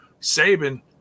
Saban